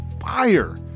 fire